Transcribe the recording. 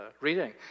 reading